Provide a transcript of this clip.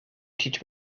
teach